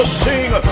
sing